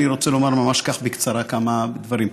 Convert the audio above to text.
אני רוצה לומר בקצרה כמה דברים.